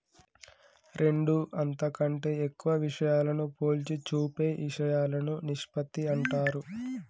రెండు అంతకంటే ఎక్కువ విషయాలను పోల్చి చూపే ఇషయాలను నిష్పత్తి అంటారు